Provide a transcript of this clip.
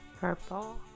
purple